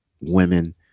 women